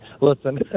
listen